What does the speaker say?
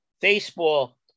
baseball